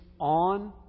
on